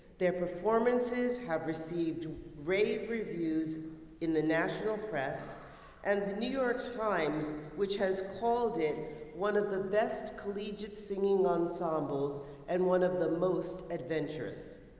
their performances have received rave reviews in the national press and the new york times, which has called it one of the best collegiate singing ensembles and one of the most adventurous.